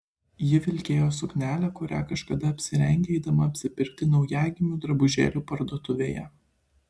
ji vilkėjo suknelę kurią kažkada apsirengė eidama apsipirkti naujagimių drabužėlių parduotuvėje